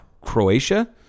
Croatia